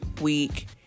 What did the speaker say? week